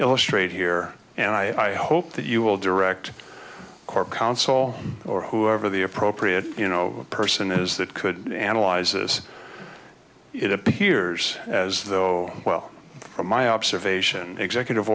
illustrate here and i hope that you will direct corps council or whoever the appropriate you know person is that could analyze this it appears as though well from my observation executive